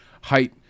height